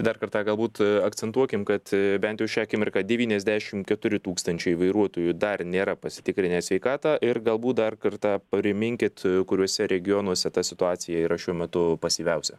dar kartą galbūt akcentuokim kad bent jau šią akimirką devyniasdešimt keturi tūkstančiai vairuotojų dar nėra pasitikrinę sveikatą ir galbūt dar kartą priminkit kuriuose regionuose ta situacija yra šiuo metu pasyviausia